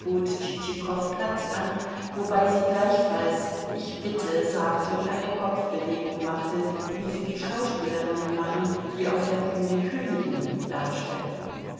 platz an wobei sie gleichfalls ich bitte sagte und eine kopfbewegung machte wie sie die schauspielerinnen machen die auf der bühne königinnen darstellen